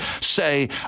say